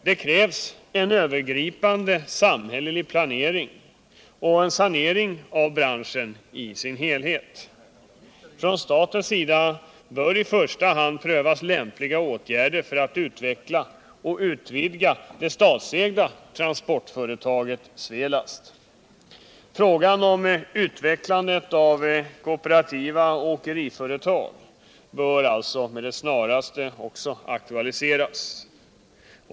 Det krävs en övergripande samhällelig planering och en sanering av branschen i dess helhet. Från statens sida bör i första hand prövas lämpliga åtgärder för att utveckla och utvidga det statsägda transportföretaget Svelast. Också frågan om utvecklandet av kooperativa åkeriföretag bör med det snaraste aktualiseras.